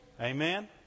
Amen